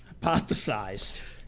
hypothesized